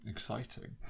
Exciting